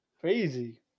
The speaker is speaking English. crazy